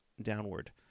downward